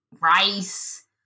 rice